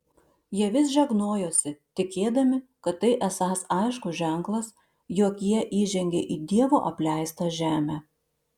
jie vis žegnojosi tikėdami kad tai esąs aiškus ženklas jog jie įžengė į dievo apleistą žemę